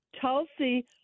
Tulsi